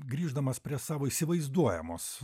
grįždamas prie savo įsivaizduojamos